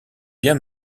bien